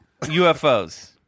UFOs